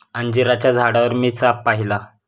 अंजिराच्या झाडावर मी साप पाहिला